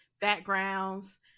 backgrounds